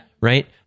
Right